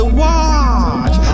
watch